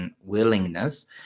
willingness